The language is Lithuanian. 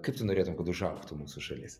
kaip tu norėtum kad užaugtų mūsų šalis